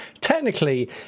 Technically